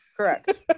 correct